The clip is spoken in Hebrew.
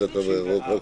בוקר טוב,